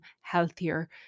healthier